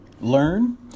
Learn